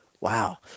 wow